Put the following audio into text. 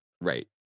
Right